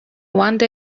wonder